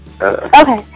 Okay